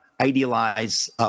idealize